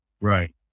Right